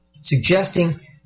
suggesting